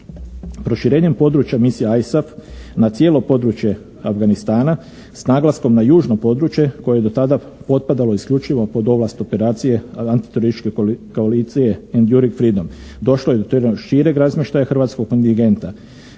Proširenjem područja misija ISAF na cijelo područje Afganistana s naglaskom na južno područje koje je do tada otpadalo isključivo pod ovlast operacije antiterorističke koalicije "Endouring freedom", došlo je do šireg razmještaja hrvatskog kontingenta,